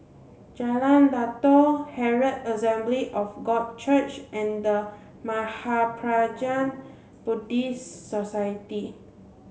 Jalan Datoh Herald Assembly of God Church and The Mahaprajna Buddhist Society